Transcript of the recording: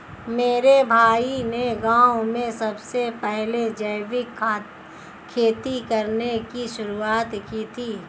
मेरे भाई ने गांव में सबसे पहले जैविक खेती करने की शुरुआत की थी